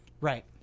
Right